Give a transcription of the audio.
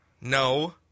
No